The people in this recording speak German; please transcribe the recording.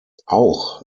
auch